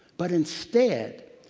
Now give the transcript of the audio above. but instead,